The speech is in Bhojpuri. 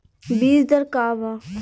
बीज दर का वा?